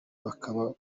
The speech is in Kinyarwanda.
bakaba